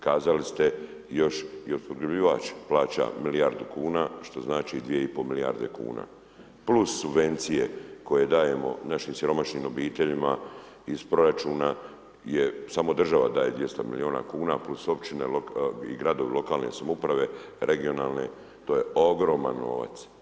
Kazali ste još i opskrbljivač plaća milijardu kuna, što znači dvije i pol milijarde kuna + subvencije koje dajemo našim siromašnim obiteljima iz proračuna je, samo država daje 200 milijuna kuna + općine i gradovi lokalne samouprave, regionalne, to je ogroman novac.